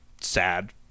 sad